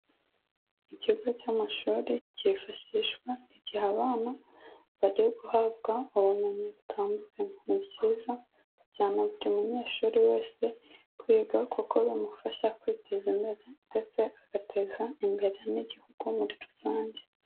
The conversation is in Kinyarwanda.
Ikigo cy'amashuri cyifashishwa igihe abana bari guhabwa ubumenyi butandukanye, ni byiza cyane buri munyeshuri wese kwiga kuko bimufasha kwiteza imbere ndetse agateza imbere n'igihugu muri rusange.